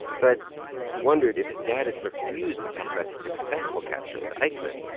but he wondered, if his dad had refused to talk about his successful capture with eichmann,